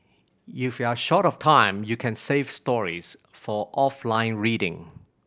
if you are short of time you can save stories for offline reading